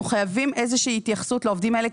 אנחנו חייבים איזה שהיא התייחסות לעובדים האלה,